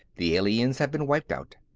the aliens have been wiped out.